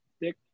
Dick